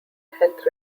health